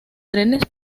trenes